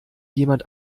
jemand